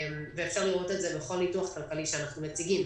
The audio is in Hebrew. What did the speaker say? ואפשר לראות את זה בכל ניתוח כלכלי שאנחנו מציגים.